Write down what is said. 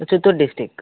Chittoor district